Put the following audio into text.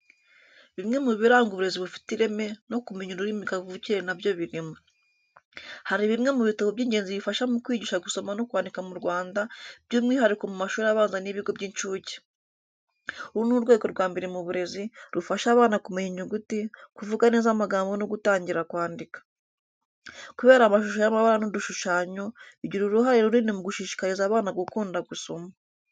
Bimwe mu biranga uburezi bufite ireme, no kumenya ururimi kavukire nabyo birimo. Hari bimwe mu bitabo by’ingenzi bifasha mu kwigisha gusoma no kwandika mu Rwanda, by'umwihariko mu mashuri abanza n’ibigo by’incuke. Uru ni urwego rwa mbere mu burezi, rufasha abana kumenya inyuguti, kuvuga neza amagambo no gutangira kwandika. Kubera amashusho y’amabara n’udushushanyo, bigira uruhare runini mu gushishikariza abana gukunda gusoma.